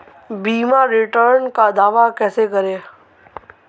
बीमा रिटर्न का दावा कैसे करें?